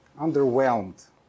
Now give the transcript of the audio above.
underwhelmed